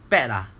pet ah